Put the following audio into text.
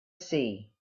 see